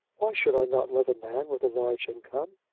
why should i not love a man with a large income?